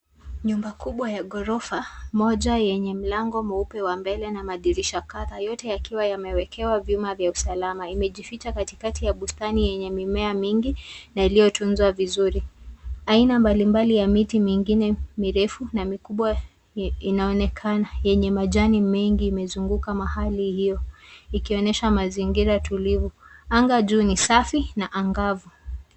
Nyumba kubwa ya ghorofa moja yenye mlango mweupe wa mbele na madirisha kadhaa yote yakiwa yamewekewa vyuma vya usalama. Imejificha katikati ya bustani yenye mimea mingi, na iliyo tunzwa vizuri. Aina mbalimbali ya miti mingine mirefu na mikubwa inaonekana, yenye majani mengi imezunguka mahali hiyo. Ikionyesha mazingira tulivu. Anga juu ni safi na angavu.